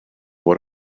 what